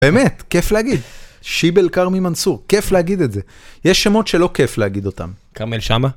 באמת, כיף להגיד, שיבל כרמי מנסור, כיף להגיד את זה. יש שמות שלא כיף להגיד אותם. כרמל שאמה